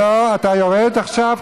לא, אני לא סיימתי,